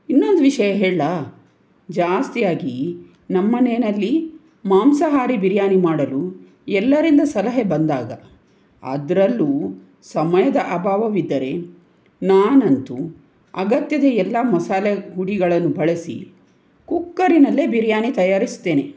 ಇನ್ನೊಂದು ವಿಷಯ ಹೇಳ್ಲಾ ಜಾಸ್ತಿಯಾಗಿ ನಮ್ಮನೆಯಲ್ಲಿ ಮಾಂಸಾಹಾರಿ ಬಿರಿಯಾನಿ ಮಾಡಲು ಎಲ್ಲರಿಂದ ಸಲಹೆ ಬಂದಾಗ ಅದರಲ್ಲೂ ಸಮಯದ ಅಭಾವವಿದ್ದರೆ ನಾನಂತೂ ಅಗತ್ಯದ ಎಲ್ಲ ಮಸಾಲೆ ಹುಡಿಗಳನ್ನು ಬಳಸಿ ಕುಕ್ಕರಿನಲ್ಲೇ ಬಿರಿಯಾನಿ ತಯಾರಿಸುತ್ತೇನೆ